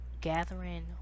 gathering